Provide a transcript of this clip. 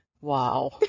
wow